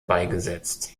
beigesetzt